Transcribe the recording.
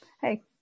Hey